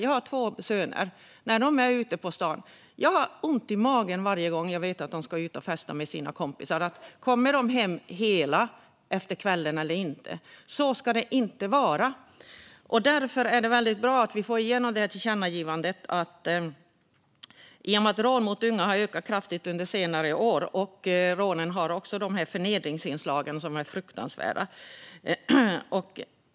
Jag har två söner, och varje gång jag vet att de ska ut och festa med sina kompisar har jag ont i magen och undrar om de kommer att komma hem hela efter kvällen eller inte. Så ska det inte vara. Därför är det väldigt bra att vi får igenom tillkännagivandet. Rånen mot unga har ökat kraftigt under senare år, och rånen har också de här förnedringsinslagen, som är fruktansvärda.